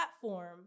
platform